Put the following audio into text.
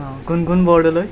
Gungun Bordoloi